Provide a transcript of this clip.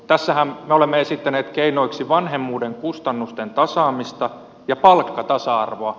tässähän me olemme esittäneet keinoiksi vanhemmuuden kustannusten tasaamista ja palkkatasa arvoa